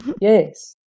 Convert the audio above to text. Yes